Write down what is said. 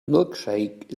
milkshake